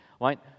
right